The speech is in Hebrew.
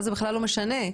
זה בכלל לא משנה.